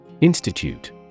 Institute